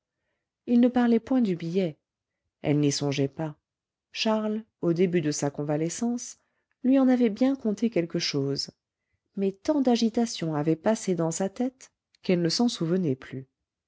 il ne parlait point du billet elle n'y songeait pas charles au début de sa convalescence lui en avait bien conté quelque chose mais tant d'agitations avaient passé dans sa tête qu'elle ne s'en souvenait plus